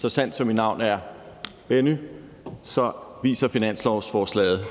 Så sandt som mit navn er Benny, viser finanslovsforslaget,